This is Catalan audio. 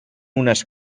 unes